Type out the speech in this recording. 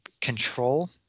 control